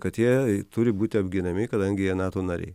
kad jie turi būti apginami kadangi jie nato nariai